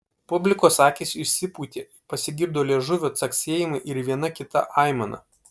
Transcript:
publikos akys išsipūtė pasigirdo liežuvio caksėjimai ir viena kita aimana